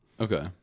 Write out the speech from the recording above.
Okay